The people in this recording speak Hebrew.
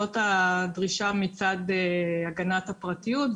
זאת הדרישה מצד הגנת הפרטיות.